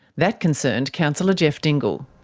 that concerned councillor geoff dingle.